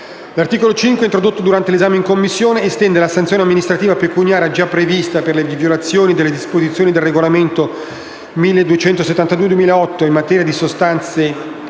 L'articolo 5 - introdotto durante l'esame in Commissione - estende la sanzione amministrativa pecuniaria già prevista per le violazioni delle disposizioni del regolamento (CE) n. 1272/2008 in materia di sostanze e delle